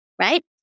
right